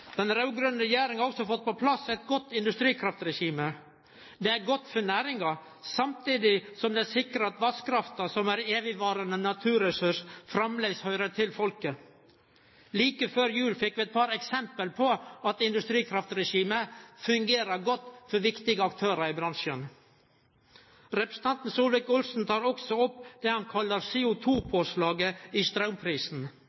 Den raud-grøne regjeringa har også fått på plass eit godt industrikraftregime. Det er godt for næringa samtidig som det sikrar at vasskrafta, som er ei evigvarande naturressurs, framleis høyrer til folket. Like før jul fekk vi eit par eksempel på at industrikraftregimet fungerer godt for viktige aktørar i bransjen. Representanten Solvik-Olsen tek også opp det han kallar